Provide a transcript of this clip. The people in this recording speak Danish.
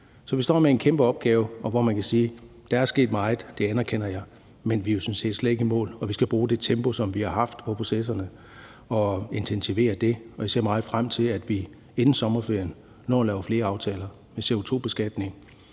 Så vi står med en kæmpe opgave, hvor man kan sige, at der er sket meget, det anerkender jeg, men vi er sådan set slet ikke i mål, og vi skal bruge det tempo, som vi har haft på processerne, og intensivere det. Og jeg ser meget frem til, at vi inden sommerferien når at lave flere aftaler med CO2-beskatning,